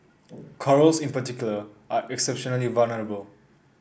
corals in particular are exceptionally vulnerable